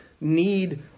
need